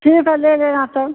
ठीक है ले लेना